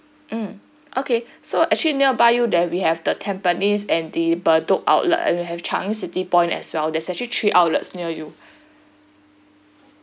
mm okay so actually nearby you there we have the tampines and the bedok outlet and we have changi city point as well there's actually three outlets near you